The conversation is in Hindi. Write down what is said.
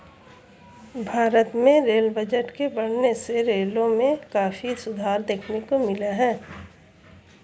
भारत में रेल बजट के बढ़ने से रेलों में काफी सुधार देखने को मिला है